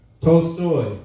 Tolstoy